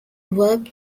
work